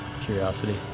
curiosity